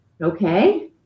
Okay